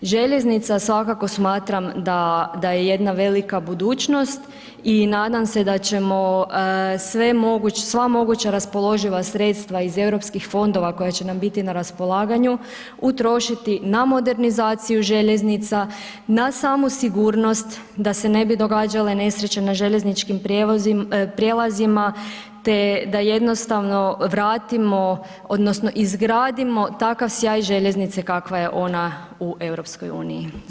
Željeznica svakako smatram da, da je jedna velika budućnost i nadam se da ćemo sva moguća raspoloživa sredstva iz Europskih fondova koja će nam biti na raspolaganju utrošiti na modernizaciju željeznica, na samu sigurnost da se ne bi događale nesreće na željezničkim prijelazima te da jednostavno vratimo odnosno izgradimo takav sjaj željeznice kakva je ona u EU.